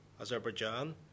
Azerbaijan